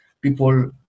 People